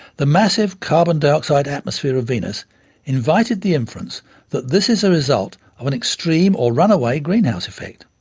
the massive carbon dioxide atmosphere of venus invited the inference that this is a result of an extreme or runaway greenhouse effect.